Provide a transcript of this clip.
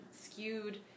skewed